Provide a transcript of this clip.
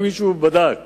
האם מישהו בדק